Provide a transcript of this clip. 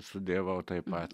studijavau taip pat